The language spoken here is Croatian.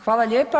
Hvala lijepa.